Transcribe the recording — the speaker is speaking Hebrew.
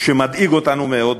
שמדאיג אותנו מאוד,